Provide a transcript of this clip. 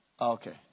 Okay